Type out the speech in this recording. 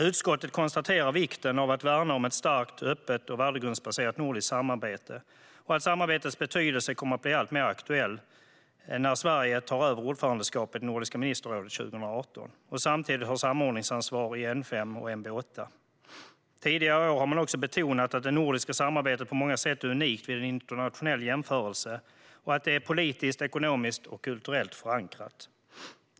Utskottet konstaterar vikten av att värna om ett starkt, öppet och värdegrundsbaserat nordiskt samarbete och att samarbetets betydelse kommer att bli alltmer aktuell när Sverige tar över ordförandeskapet i Nordiska ministerrådet 2018 och samtidigt har samordningsansvar i N5 och NB8. Tidigare år har man också betonat att det nordiska samarbetet på många sätt är unikt vid en internationell jämförelse och att det är politiskt, ekonomiskt och kulturellt förankrat.